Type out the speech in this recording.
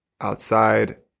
outside